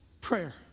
prayer